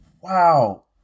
wow